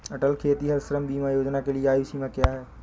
अटल खेतिहर श्रम बीमा योजना के लिए आयु सीमा क्या है?